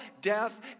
death